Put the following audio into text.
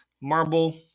Marble